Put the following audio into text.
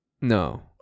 no